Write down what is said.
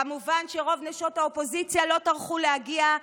כמובן, רוב נשות הקואליציה לא טרחו להגיע.